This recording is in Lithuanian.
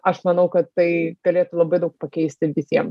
aš manau kad tai galėtų labai daug pakeisti visiem